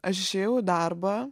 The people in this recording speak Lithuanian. aš išėjau į darbą